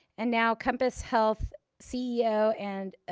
and now compass health ceo and,